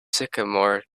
sycamore